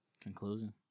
conclusion